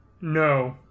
No